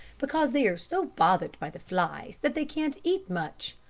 because they are so bothered by the flies that they can't eat much,